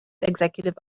executive